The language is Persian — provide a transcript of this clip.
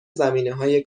زمینههای